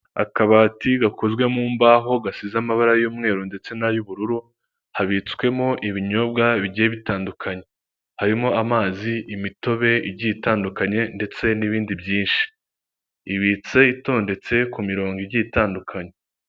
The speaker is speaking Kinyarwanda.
Akabati gakozwe mu mbaho gasize amabara y'umweru ndetse n'ay'ubururu, habitswemo ibinyobwa bigiye bitandukanye, harimo amazi, imitobe igiye itandukanye ndetse n'ibindi byinshi, ibitse itondetse ku mirongo igiye itandukanye